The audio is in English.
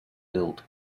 built